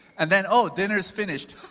and then, oh, dinner is finished